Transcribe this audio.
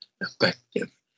effective